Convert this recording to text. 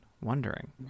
wondering